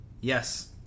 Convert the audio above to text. yes